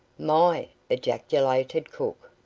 my! ejaculated cook.